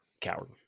Coward